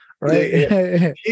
right